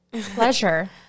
Pleasure